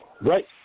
Right